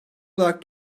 olarak